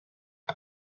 the